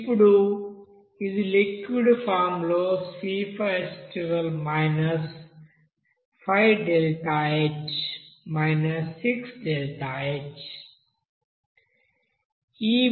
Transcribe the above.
అప్పుడు ఇది liquid form లో C5H12 5ΔH solid carbon 6ΔH ఇది స్టాండర్డ్ కండిషన్ లో ఈ హైడ్రోజన్ వాయువు ఏర్పడటానికి